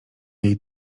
jej